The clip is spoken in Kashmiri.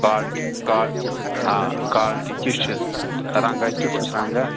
کالِٹی کا آ کالِٹی کِژھ چھِ رنٛگا کیُتھ چھُس رنٛگا